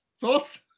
Thoughts